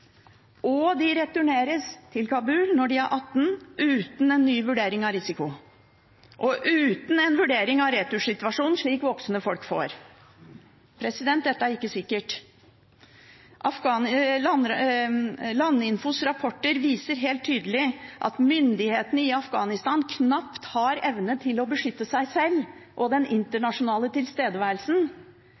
De returneres til Kabul når de er 18 år uten en ny vurdering av risiko og uten en vurdering av retursituasjonen, slik voksne folk får. Dette er ikke sikkert. Landinfos rapporter viser helt tydelig at myndighetene i Afghanistan knapt har evne til å beskytte seg selv og den internasjonale tilstedeværelsen.